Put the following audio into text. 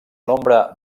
nombre